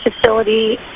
facility